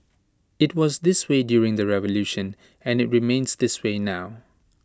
IT was this way during the revolution and IT remains this way now